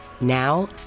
Now